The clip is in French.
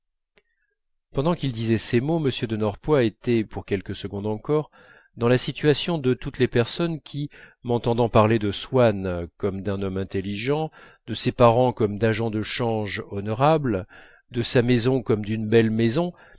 pendant qu'il disait ces mots m de norpois était pour quelques secondes encore dans la situation de toutes les personnes qui m'entendant parler de swann comme d'un homme intelligent de ses parents comme d'agents de change honorables de sa maison comme d'une belle maison